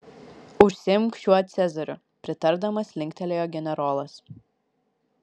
užsiimk šiuo cezariu pritardamas linktelėjo generolas